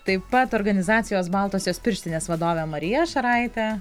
taip pat organizacijos baltosios pirštinės vadovė marija šaraitė